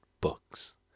books